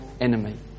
enemy